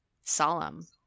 solemn